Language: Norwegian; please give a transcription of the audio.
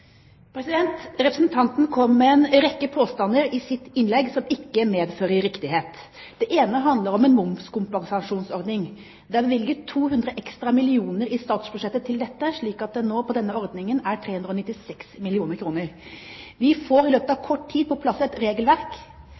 Representanten kom med en rekke påstander i sitt spørsmål som ikke medfører riktighet. Det ene handler om en momskompensasjonsordning. Det er bevilget 200 mill. kr ekstra i statsbudsjettet til dette, slik at det i denne ordningen nå ligger 396 mill. kr. Vi får i løpet av kort tid på plass et regelverk,